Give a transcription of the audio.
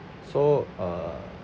so uh